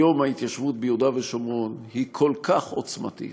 היום ההתיישבות ביהודה ושומרון כל כך עוצמתית,